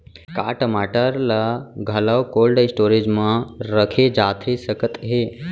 का टमाटर ला घलव कोल्ड स्टोरेज मा रखे जाथे सकत हे?